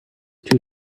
too